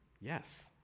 yes